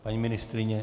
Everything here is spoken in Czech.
Paní ministryně?